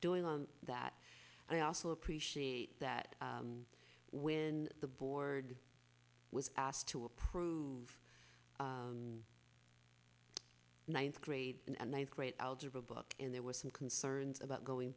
doing on that and i also appreciate that when the board was asked to approve a ninth grade and ninth grade algebra book and there were some concerns about going